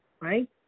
right